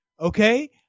Okay